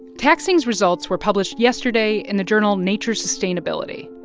tak-sing's results were published yesterday in the journal nature sustainability,